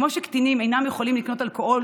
כמו שקטינים אינם יכולים לקנות אלכוהול